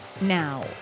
Now